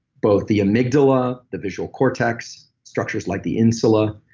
both the amygdala, the visual cortex, structures like the insula,